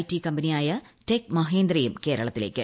T കമ്പനിയായ tech മഹേന്ദ്രയും കേരളത്തിലേക്ക്